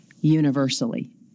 universally